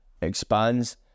expands